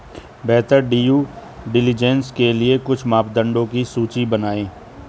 बेहतर due diligence के लिए कुछ मापदंडों की सूची बनाएं?